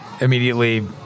immediately